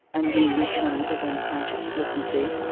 undine returned with unconscious flippancy.